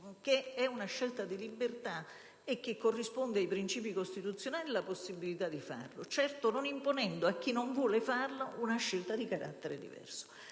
che è una scelta di libertà e che corrisponde ai principi costituzionali, la possibilità di compierla, certo non imponendo una scelta di carattere diverso